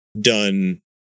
done